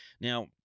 Now